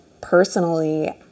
personally